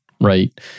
right